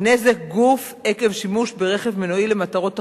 נזק גוף עקב שימוש ברכב מנועי למטרות תחבורה".